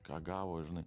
ką gavo žinai